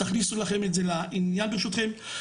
תכניסו לכם את זה לעניין ברשותכם.